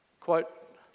quote